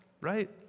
right